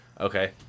Okay